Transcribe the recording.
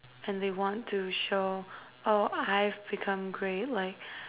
and they want to show oh I've become great like